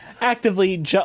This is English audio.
actively